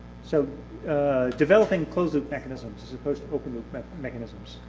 so developing closed loop mechanisms as opposed to open loop mechanisms.